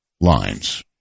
lines